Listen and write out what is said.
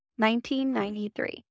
1993